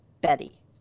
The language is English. Betty